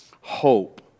Hope